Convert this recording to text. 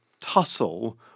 tussle